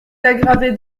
aggravez